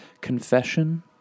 confession